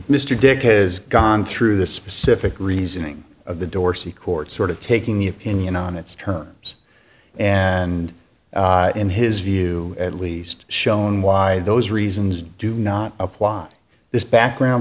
mr dick has gone through the specific reasoning of the dorsey court sort of taking the opinion on its terms and in his view at least shown why those reasons do not apply this background